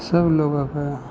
सब लोगके